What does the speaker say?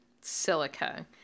silica